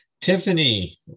Tiffany